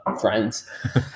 friends